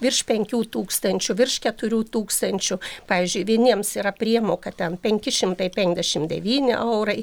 virš penkių tūkstančių virš keturių tūkstančių pavyzdžiui vieniems yra priemoka ten penki šimtai penkdešim devyni eurai